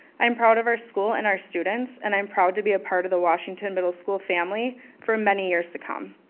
i'm proud of our school and our students and i'm proud to be a part of the washington middle school family for many years to come.